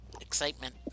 excitement